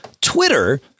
Twitter